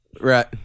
Right